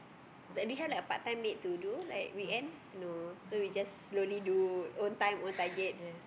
like become a like a part time maid to do like weekend so we just slowly do own time own target